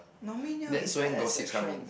Naomi-Neo is a exception